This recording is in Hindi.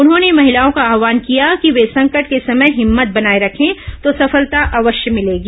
उन्होंने महिलाओं का आहवान किया कि वे संकट के समय हिम्मत बनाए रखें तो सफलता अवश्य मिलेगी